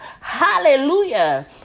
Hallelujah